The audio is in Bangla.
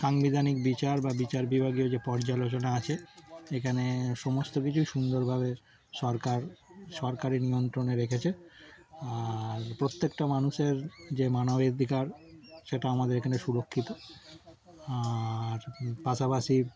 সাংবিধানিক বিচার বা বিচার বিভাগীয় যে পর্যালোচনা আছে এখানে সমস্ত কিছুই সুন্দরভাবে সরকার সরকারি নিয়ন্ত্রণে রেখেছে আর প্রত্যেকটা মানুষের যে মানবাধিকার সেটা আমাদের এখানে সুরক্ষিত আর পাশাপাশি